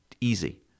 easy